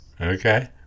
Okay